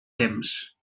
temps